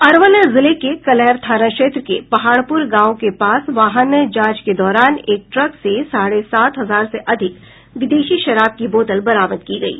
अरवल जिले के कलैर थाना क्षेत्र के पहाड़पूर गांव के पास वाहन जांच के दौरान एक ट्रक से साढ़े सात हजार से अधिक विदेशी शराब की बोतल बरामद की गयी